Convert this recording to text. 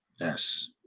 Yes